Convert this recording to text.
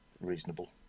reasonable